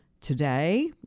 today